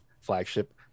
flagship